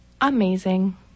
amazing